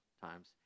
times